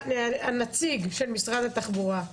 נציג משרד התחבורה,